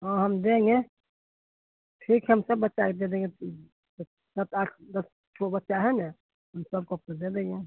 हाँ हम देंगे ठीक है हम सब बच्चा के दे देंगे तो सात आठ दस ठो बच्चा है ना उन सबको दे देंगे